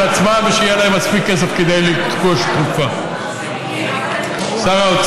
אז בעצם אנחנו מכבדים יותר את כל הנשים וכל אדם באשר הוא,